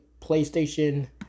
PlayStation